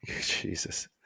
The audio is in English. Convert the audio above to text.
Jesus